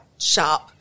Sharp